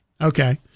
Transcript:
Okay